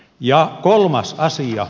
ja kolmas asia